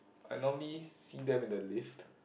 I normally see them in the lift